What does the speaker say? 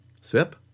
Sip